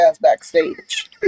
backstage